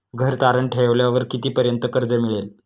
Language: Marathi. घर तारण ठेवल्यावर कितीपर्यंत कर्ज मिळेल?